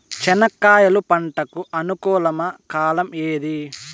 చెనక్కాయలు పంట కు అనుకూలమా కాలం ఏది?